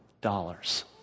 dollars